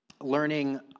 learning